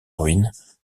ruines